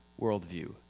worldview